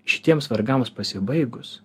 šitiems vargams pasibaigus